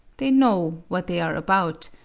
they know what they are about,